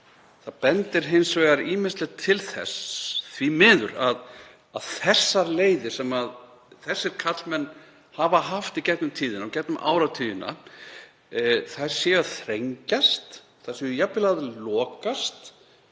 Það bendir hins vegar ýmislegt til þess, því miður, að þær leiðir sem þessir karlmenn hafa haft í gegnum tíðina og gegnum áratugina séu að þrengjast, jafnvel að lokast.